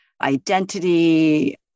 identity